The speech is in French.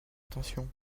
attention